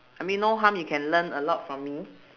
I mean no harm you can learn a lot from me